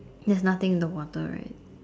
there's nothing in the water right